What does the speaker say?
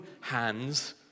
hands